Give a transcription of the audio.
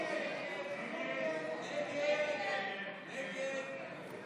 הסתייגות 4 לא נתקבלה.